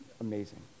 amazing